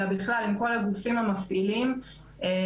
אלא בכלל עם כל הגופים המפעילים ולהתאים